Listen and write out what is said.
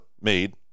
made